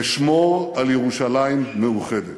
אשמור על ירושלים מאוחדת.